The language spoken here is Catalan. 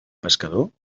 pescador